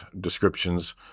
descriptions